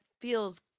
feels